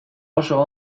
oso